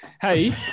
Hey